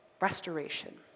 restoration